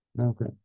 Okay